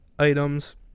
items